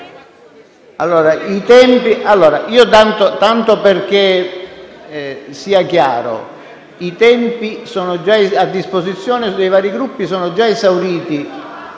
procedura. Tanto perché sia chiaro, i tempi a disposizione dei vari Gruppi sono già esauriti.